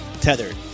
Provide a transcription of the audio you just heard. Tethered